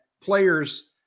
players